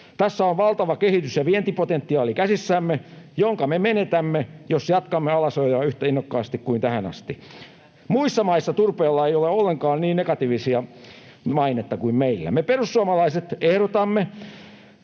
käsissämme valtava kehitys- ja vientipotentiaali, jonka me menetämme, jos jatkamme alasajoa yhtä innokkaasti kuin tähän asti. Muissa maissa turpeella ei ole ollenkaan niin negatiivista mainetta kuin meillä. Me perussuomalaiset ehdotamme